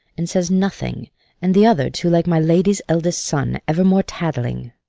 and says nothing and the other too like my lady's eldest son, evermore tattling.